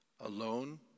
alone